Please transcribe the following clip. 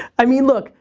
i mean, look,